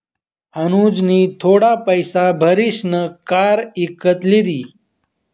अनुजनी थोडा पैसा भारीसन कार इकत लिदी